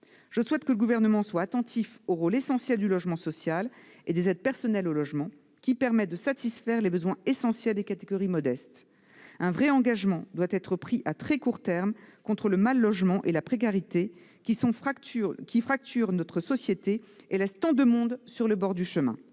je souhaite que le Gouvernement soit attentif au rôle essentiel du logement social et des aides personnelles au logement, qui permettent de satisfaire les besoins essentiels des catégories modestes ; un véritable engagement doit être pris à très court terme contre le mal-logement et la précarité, qui fracturent notre société et laissent tant de monde sur le bord du chemin.